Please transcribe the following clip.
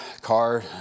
car